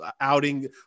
outing